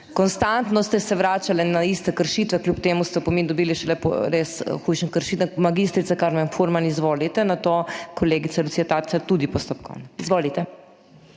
konstantno ste se vračali na iste kršitve, kljub temu ste opomin dobili šele po res hujših kršitvah. Magistrica Karmen Furman, izvolite. Nato kolegica Lucija Tacer tudi postopkovno. Izvolite.